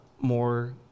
more